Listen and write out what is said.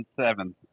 seven